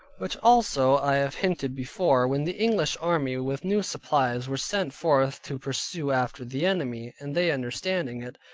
which also i have hinted before, when the english army with new supplies were sent forth to pursue after the enemy, and they understanding it,